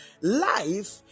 Life